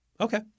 Okay